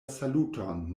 saluton